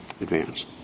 advance